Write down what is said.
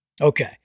Okay